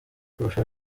kurusha